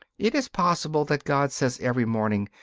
it is possible that god says every morning,